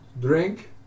drink